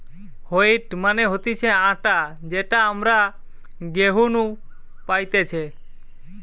wheat মানে হতিছে আটা যেটা আমরা গেহু নু পাইতেছে